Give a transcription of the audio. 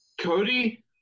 Cody